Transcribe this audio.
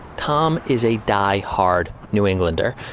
tom is a die hard new englander.